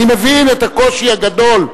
אני מבין את הקושי הגדול.